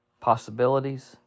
possibilities